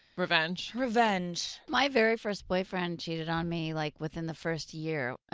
revenge? revenge. my very first boyfriend cheated on me like within the first year.